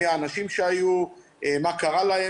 מי האנשים שהיו ומה קרה להם,